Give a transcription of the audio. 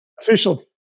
official